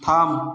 থাম